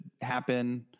happen